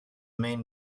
main